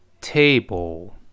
table